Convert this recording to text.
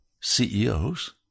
CEOs